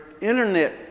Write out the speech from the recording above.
internet